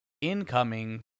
incoming